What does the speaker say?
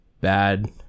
bad